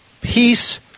peace